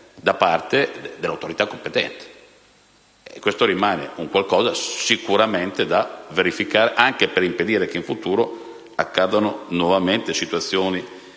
da parte delle autorità competenti. Rimane sicuramente qualcosa da verificare, anche per impedire che in futuro accadano nuovamente situazioni